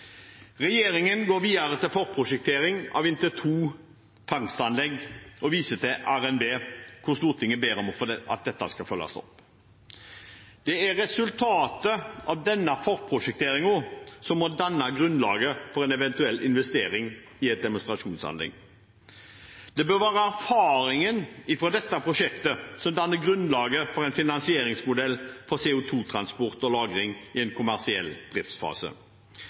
Regjeringen går videre til forprosjektering av inntil to fangstanlegg og viser til revidert nasjonalbudsjett, hvor Stortinget ber om at dette skal følges opp. Det er resultatet av denne forprosjekteringen som må danne grunnlaget for en eventuell investering i et demonstrasjonsanlegg. Det bør være erfaringen fra dette prosjektet som danner grunnlaget for en finansieringsmodell for CO 2 -transport og -lagring i en kommersiell driftsfase.